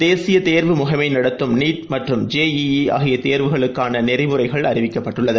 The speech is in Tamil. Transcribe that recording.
தேசியதேர்வு முகமைநடத்தும் நீட் மற்றும் ஜெ ஈஈஆகியதேர்வுகளுக்கானநெறிமுறைகளைஅறிவித்துள்ளது